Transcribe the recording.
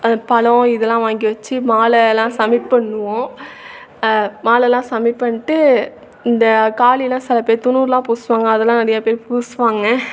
அந்த பழம் இதெலாம் வாங்கி வச்சி மாலை எல்லாம் சம்மிட் பண்ணுவோம் மாலைலாம் சம்மிட் பண்ணிட்டு இந்த காளிலாம் சில பேர் தின்னூறுலாம் பூசுவாங்க அதெலாம் நிறைய பேர் பூசுவாங்க